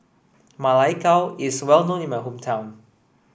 Ma Lai Gao is well known in my hometown